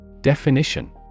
Definition